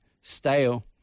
stale